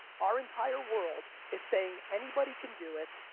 our entire world is saying anybody can do it,